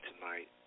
tonight